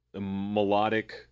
melodic